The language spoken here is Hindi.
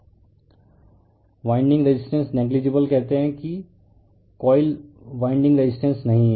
refer slide time 0519 winding resistance negligible कहते हैं कि कोई वाइंडिंग रेजिस्टेंस नहीं है